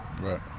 Right